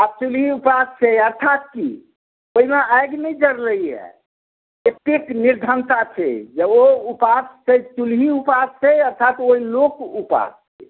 असली उपवास छै यथार्थ की ओहिमे आगि नहि जरलैया एतेक निर्धनता छै जे ओ उपवास छै चूल्ही उपवास छै अर्थात ओहि लोक उपवास